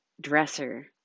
dresser